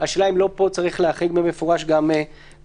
השאלה אם פה לא צריך להחריג במפורש גם שתייה?